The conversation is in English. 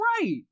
right